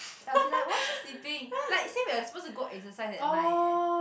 I will be like why is she sleeping like since we are supposed to go exercise at night eh